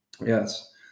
Yes